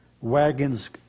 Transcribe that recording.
wagons